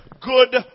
good